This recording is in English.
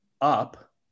up